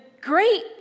great